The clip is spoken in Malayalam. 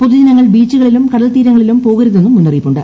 പൊതുജനങ്ങൾ ബീച്ചുകളിലും കടൽത്തീർങ്ങളിലും പോകരുതെന്നും മുന്നറിയിപ്പുണ്ട്